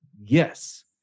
yes